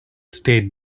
state